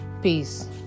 Peace